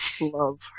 Love